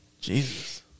Jesus